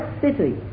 city